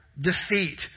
defeat